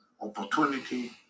opportunity